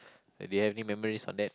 do you have any memories on that